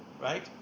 right